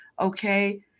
okay